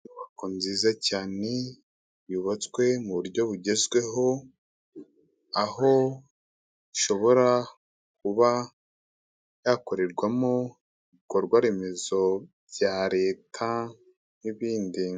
Inyubako nziza cyane, yubatswe mu buryo bugezweho, aho ishobora kuba yakorerwamo ibikorwa remezo bya leta n'ibindi.